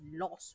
lawsuit